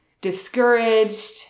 discouraged